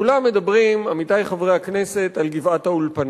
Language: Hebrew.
כולם מדברים, עמיתי חברי הכנסת, על גבעת-האולפנה,